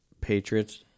Patriots